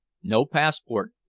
no passport,